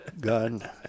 gun